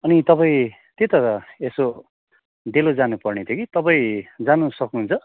अनि तपाईँ त्यही त यसो डेलो जानु पर्ने थियो कि तपाईँ जानु सक्नुहुन्छ